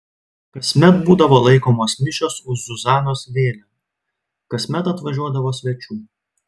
kasmet būdavo laikomos mišios už zuzanos vėlę kasmet atvažiuodavo svečių